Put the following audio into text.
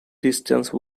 distance